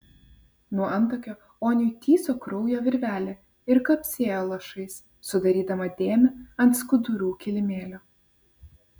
nuo antakio oniui tįso kraujo virvelė ir kapsėjo lašais sudarydama dėmę ant skudurų kilimėlio